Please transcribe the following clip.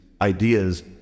ideas